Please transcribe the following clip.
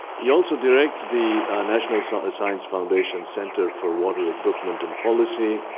he also directs the national science science foundation center for water equipment and policy.